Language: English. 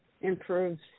improves